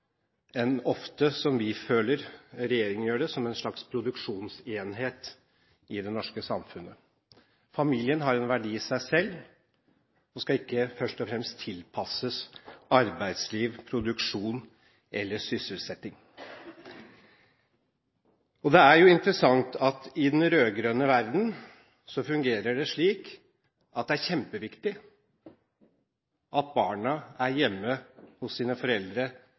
ofte føler at regjeringen gjør. Familien har en verdi i seg selv; den skal ikke først og fremst tilpasses arbeidsliv, produksjon eller sysselsetting. Det er jo interessant at i den rød-grønne verdenen fungerer det slik at det er kjempeviktig at barna er hjemme hos sine foreldre